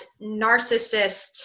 narcissist